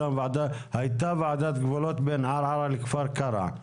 הייתה ועדת גבולות בין ערערה לכפר קרע.